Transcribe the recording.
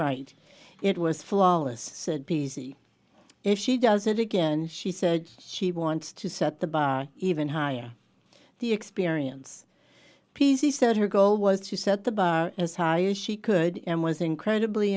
right it was flawless b c if she does it again she said she wants to set the bar even higher the experience p c said her goal was to set the bar as higher she could and was incredibly